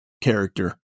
character